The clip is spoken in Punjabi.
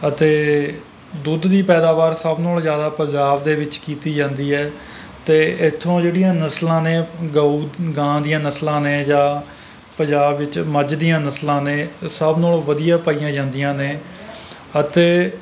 ਅਤੇ ਦੁੱਧ ਦੀ ਪੈਦਾਵਾਰ ਸਭ ਨਾਲੋਂ ਜ਼ਿਆਦਾ ਪੰਜਾਬ ਦੇ ਵਿੱਚ ਕੀਤੀ ਜਾਂਦੀ ਹੈ ਅਤੇ ਇੱਥੋਂ ਜਿਹੜੀਆਂ ਨਸਲਾਂ ਨੇ ਗਊ ਗਾਂ ਦੀਆਂ ਨਸਲਾਂ ਨੇ ਜਾਂ ਪੰਜਾਬ ਵਿੱਚ ਮੱਝ ਦੀਆਂ ਨਸਲਾਂ ਨੇ ਉਹ ਸਭ ਨਾਲੋਂ ਵਧੀਆ ਪਾਈਆਂ ਜਾਂਦੀਆਂ ਨੇ ਅਤੇ